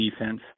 defense